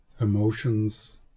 emotions